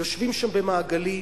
יושבים שם במעגלים